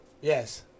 Yes